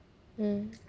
mm